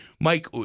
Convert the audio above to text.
Mike